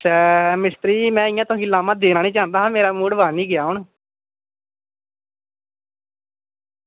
मिस्तरी जी में इंया लाह्मां लेना निं चाहंदा मेरा मूड बनी गै गेआ इं'या